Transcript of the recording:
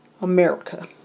America